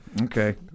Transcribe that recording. Okay